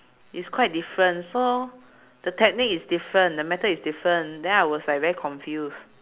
is quite different so the technique is different the method is different then I was like very confused